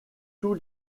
tous